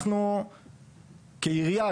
אנחנו כעירייה,